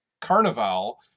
Carnival